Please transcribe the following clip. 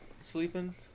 sleeping